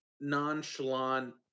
nonchalant